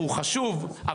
והוא חשוב,